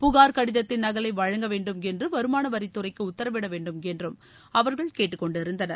புகார் கடிதத்தின் நகலை வழங்க வேண்டும் என்று வருமானவரித்துறைக்கு உத்தரவிடவேண்டும் என்று அவர்கள் கேட்டுக் கொண்டிருந்தனர்